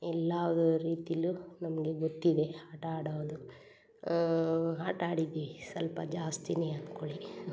ಎಲ್ಲಾದು ರೀತಿಲೂ ನಮಗೆ ಗೊತ್ತಿದೆ ಆಟ ಆಡೋದು ಆಟ ಆಡಿದ್ದೀವಿ ಸ್ವಲ್ಪ ಜಾಸ್ತಿಯೇ ಅಂದ್ಕೊಳ್ಳಿ